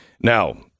Now